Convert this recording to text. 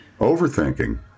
Overthinking